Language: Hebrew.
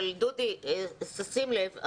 כן, אבל דודי, שים לב.